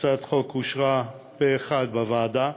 הצעת החוק אושרה פה-אחד בוועדה,